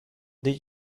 did